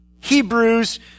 Hebrews